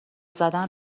زدن